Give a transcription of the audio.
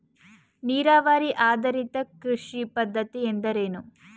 ನೀರಾವರಿ ಆಧಾರಿತ ಕೃಷಿ ಪದ್ಧತಿ ಎಂದರೇನು?